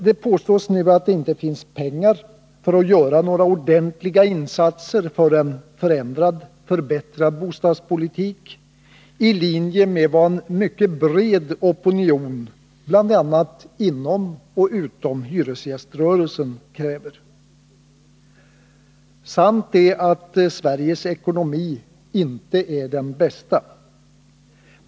Det påstås nu att det inte finns pengar för att göra några ordentliga insatser för en förändrad — och förbättrad — bostadspolitik i linje med vad en mycket bred opinion inom och utom hyresgäströrelsen kräver. Sant är att Sveriges ekonomi inte är den bästa.